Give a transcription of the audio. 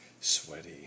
sweaty